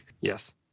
Yes